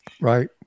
Right